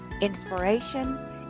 inspiration